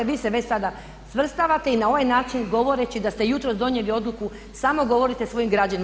Vi se već sada svrstavate i na ovaj način govoreći da ste jutros donijeli odluku, samo govorite svojim građanima.